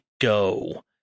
go